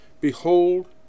behold